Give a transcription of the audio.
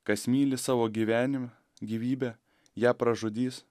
kas myli savo gyvenime gyvybę ją pražudys